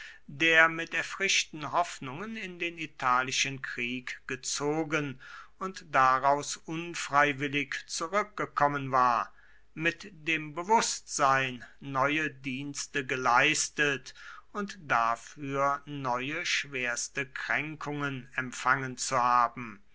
der mit erfrischten hoffnungen in den italischen krieg gezogen und daraus unfreiwillig zurückgekommen war mit dem bewußtsein neue dienste geleistet und dafür neue schwerste kränkungen empfangen zu haben